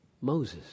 Moses